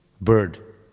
bird